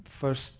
first